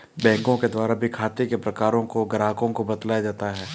बैंकों के द्वारा भी खाते के प्रकारों को ग्राहकों को बतलाया जाता है